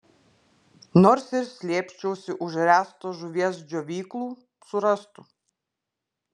nors ir slėpčiausi už ręsto žuvies džiovyklų surastų